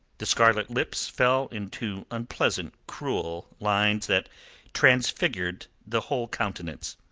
the scarlet lips fell into unpleasant, cruel lines that transfigured the whole countenance.